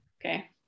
Okay